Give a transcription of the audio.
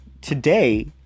today